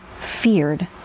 feared